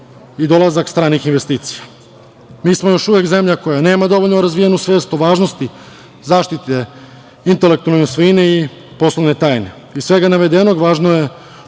i dolazak stranih investicija. Mi smo još uvek zemlja koja nema dovoljno razvijenu svet o važnosti zaštite intelektualne svojine i poslovne tajne. Iz svega navedenog važno je